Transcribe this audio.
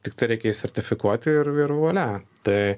tiktai reikia jį sertifikuoti ir ir vuolia tai